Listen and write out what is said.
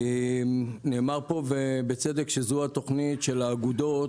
נאמר פה ובצדק שזו התוכנית של האגודות,